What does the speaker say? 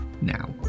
Now